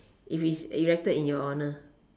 if it's erected in your honour